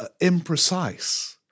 imprecise